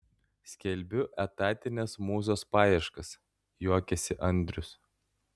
skelbiu etatinės mūzos paieškas juokiasi andrius